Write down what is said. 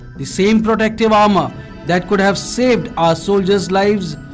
the same protective armour that could have saved our soldiers lives,